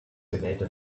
gewählte